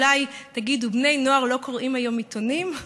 אולי תגידו שבני נוער לא קוראים היום עיתונים,